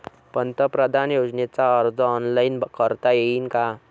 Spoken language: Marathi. पंतप्रधान योजनेचा अर्ज ऑनलाईन करता येईन का?